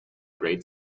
great